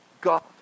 God